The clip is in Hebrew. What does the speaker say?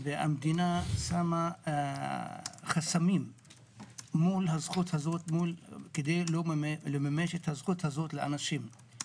והמדינה שמה חסמים מול הזכות הזאת כדי לא לממש את הזכות הזאת לאנשים.